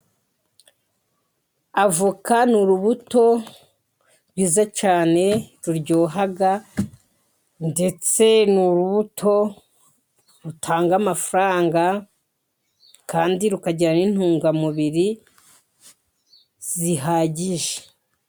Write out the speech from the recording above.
Avoka ni urubuto rwiza cyane ruryoha ndetse ni urubuto rutanga amafaranga kandi rukagira n'intungamubiri zihagije.